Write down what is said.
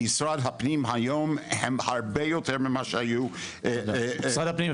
במשרד הפנים היום הם הרבה יותר ממה שהיו --- משרד הפנים,